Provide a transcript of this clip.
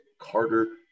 Carter